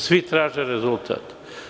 Svi traže rezultat.